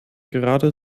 gerade